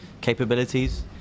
capabilities